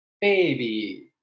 Baby